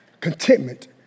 contentment